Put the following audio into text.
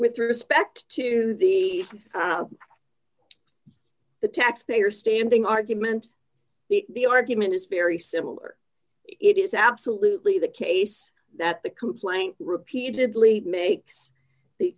with respect to the the taxpayer standing argument the argument is very similar it is absolutely the case that the complaint repeatedly makes the